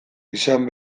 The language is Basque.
izan